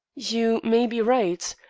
you may be right.